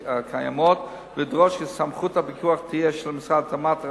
הקיימות ולדרוש כי סמכות הפיקוח תהיה של משרד התמ"ת,